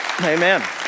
Amen